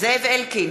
זאב אלקין,